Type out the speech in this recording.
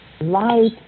light